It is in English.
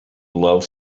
love